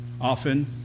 often